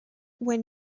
when